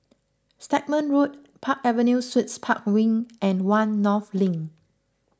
Stagmont Road Park Avenue Suites Park Wing and one North Link